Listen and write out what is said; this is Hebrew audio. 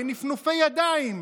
בנפנופי ידיים,